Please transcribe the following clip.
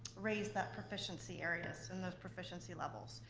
raise that proficiency areas and those proficiency levels.